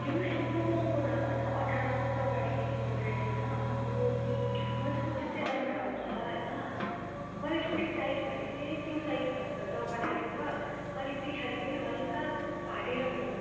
हेर्नु न यस्तो महँगो दाम होइन अठार सय लगाएर किनेको ड्रेस होइन अम्बो मैले चाहिँ सोचेको थिएँ राम्रै आउँछ होला होइन मैले जुन चाहिँ साइज भनेको थिएँ नि त्यो साइजभन्दा त डबल आइरहेको छ अनि पछाडि पनि हल्का फाटिरहेको छ